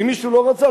ואם מישהו לא רצה,